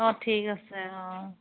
অঁ ঠিক আছে অঁ